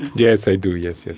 yes, i do, yes.